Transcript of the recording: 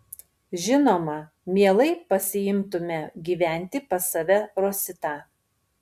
žinoma mielai pasiimtume gyventi pas save rositą